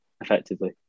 effectively